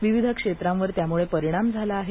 विविध क्षेत्रांवर त्यामुळे परिणाम झाला आहे